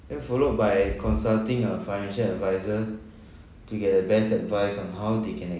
and followed by consulting a financial adviser to get the best advice on how they can